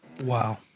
Wow